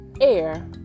air